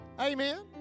Amen